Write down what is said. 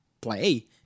play